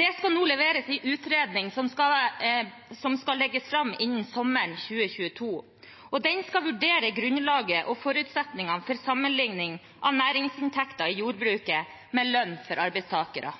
Det skal nå leveres en utredning som skal legges fram innen sommeren 2022, og den skal vurdere grunnlaget og forutsetningene for sammenligning av næringsinntekten i jordbruket med lønn for arbeidstakere.